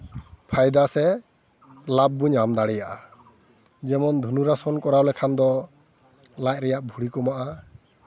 ᱯᱷᱟᱭᱫᱟ ᱥᱮ ᱞᱟᱵᱷ ᱵᱚᱱ ᱧᱟᱢ ᱫᱟᱲᱮᱭᱟᱜᱼᱟ ᱡᱮᱢᱚᱱ ᱫᱷᱚᱱᱩᱨᱟᱥᱚᱱ ᱠᱚᱨᱟᱣ ᱞᱮᱠᱷᱟᱱ ᱫᱚ ᱞᱟᱡ ᱨᱮᱭᱟᱜ ᱵᱷᱩᱲᱤ ᱠᱚᱢᱚᱜᱼᱟ